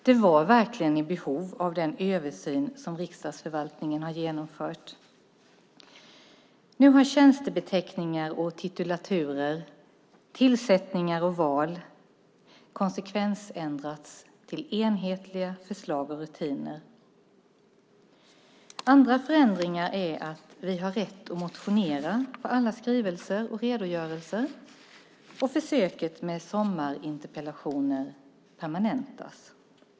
Detta var verkligen i behov av den översyn som riksdagsförvaltningen har genomfört. Nu har tjänstebeteckningar och titulaturer, tillsättningar och val konsekvensändrats till enhetliga förslag och rutiner. Andra förändringar är att vi har rätt att motionera på alla skrivelser och redogörelser och att försöket med sommarinterpellationer permanentas.